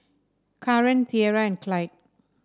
Kaaren Tierra and Clide